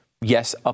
Yes